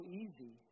easy